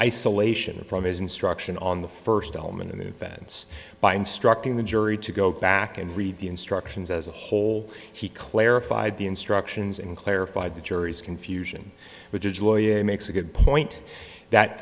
isolation from his instruction on the first element in offense by instructing the jury to go back and read the instructions as a whole he clarified the instructions in clarified the jury's confusion which makes a good point that